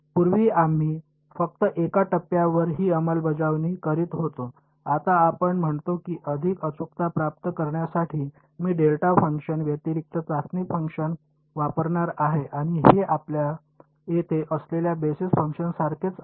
पूर्वी आम्ही फक्त एका टप्प्यावर ही अंमलबजावणी करीत होतो आता आपण म्हणतो की अधिक अचूकता प्राप्त करण्यासाठी मी डेल्टा फंक्शन व्यतिरिक्त चाचणी फंक्शन वापरणार आहे आणि हे आपल्या येथे असलेल्या बेसिस फंक्शनसारखेच आहे